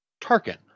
Tarkin